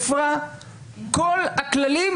הפרה את כל הכללים,